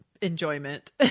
enjoyment